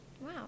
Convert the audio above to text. Wow